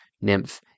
nymph